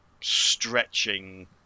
stretching